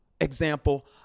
example